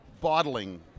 bottling